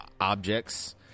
objects